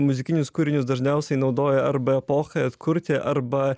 muzikinius kūrinius dažniausiai naudoja arba epochai atkurti arba